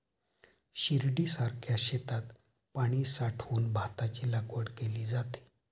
शिर्डीसारख्या शेतात पाणी साठवून भाताची लागवड केली जाते